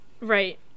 right